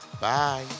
Bye